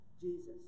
Jesus